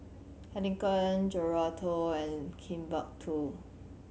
Heinekein Geraldton and Timbuk Two